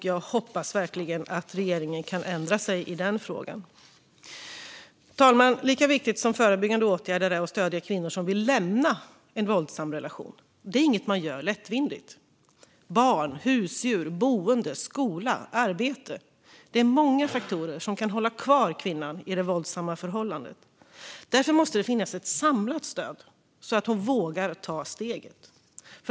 Jag hoppas verkligen att regeringen kan ändra sig i frågan. Herr talman! Lika viktigt som det är med förebyggande åtgärder är det att stödja kvinnor som vill lämna en våldsam relation. Det är inget man gör lättvindigt. Barn, husdjur, boende, skola och arbete - det finns många faktorer som kan hålla kvar kvinnan i ett våldsamt förhållande. Därför måste det finnas ett samlat stöd så att hon vågar ta steget.